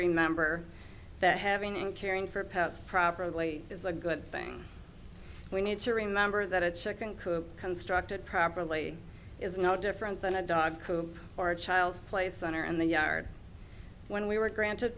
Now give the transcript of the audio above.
remember that having and caring for pets properly is a good thing we need to remember that a chicken coop constructed properly is no different than a dog coop or a child's play center in the yard when we were granted